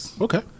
Okay